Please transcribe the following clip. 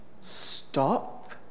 stop